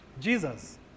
Jesus